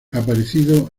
aparecido